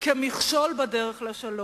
כמכשול בדרך לשלום,